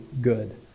good